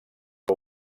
que